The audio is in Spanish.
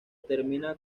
termina